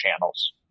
channels